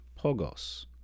Pogos